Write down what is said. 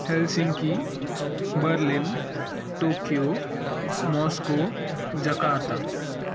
Helsinki Berlin Tokyo Moscow Jakarta